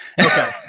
okay